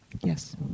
Yes